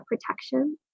protection